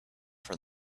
for